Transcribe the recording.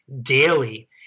daily